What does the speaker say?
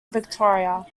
victoria